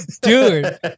Dude